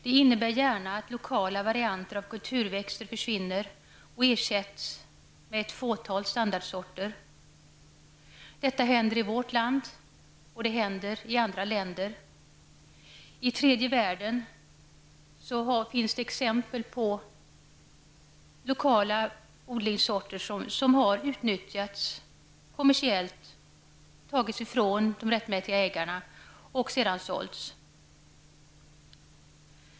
Det kan medföra att lokala varianter av kulturväxter försvinner och ersätts med ett fåtal standardsorter. Detta händer i vårt land, och det händer i andra länder. I tredje världen finns exempel på lokala odlingssorter som har utnyttjats kommersiellt, tagits ifrån de rättmätiga ägarna och sedan sålts.